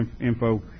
info